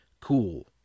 cool